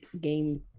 game